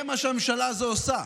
זה מה שהממשלה הזו עושה,